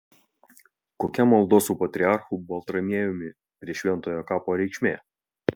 kokia maldos su patriarchu baltramiejumi prie šventojo kapo reikšmė